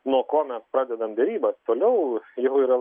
nuo ko mes padedam derybas toliau jeigu yra